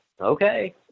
okay